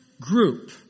group